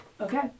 Okay